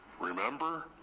Remember